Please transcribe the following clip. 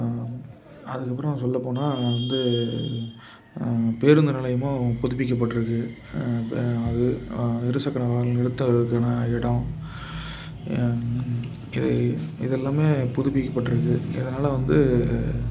அதுக்கப்பறம் சொல்லப்போனால் வந்து பேருந்து நிலையமும் புதுப்பிக்கப்பட்டிருக்கு அது இரு சக்கர வாகனம் நிறுத்துவதற்கான இடம் இது இது எல்லாமே புதுப்பிக்கப்பட்டிருக்கு இதனால் வந்து